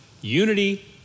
Unity